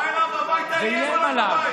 בא אליו הביתה, איים עליו בבית.